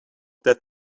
that